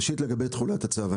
ראשית לגבי תחולת הצו,